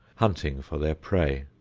hunting for their prey.